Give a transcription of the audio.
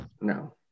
No